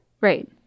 Right